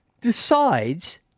decides